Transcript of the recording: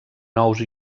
nous